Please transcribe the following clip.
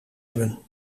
hebben